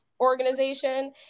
organization